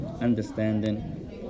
understanding